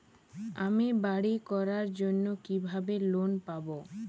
আমি বাড়ি করার জন্য কিভাবে লোন পাব?